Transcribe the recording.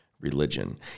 religion